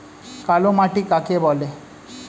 কালোমাটি কাকে বলে?